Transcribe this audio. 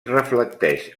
reflecteix